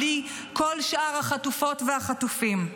בלי כל שאר החטופות והחטופים.